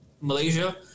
Malaysia